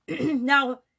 now